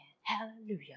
hallelujah